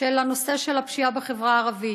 של הנושא של הפשיעה בחברה הערבית.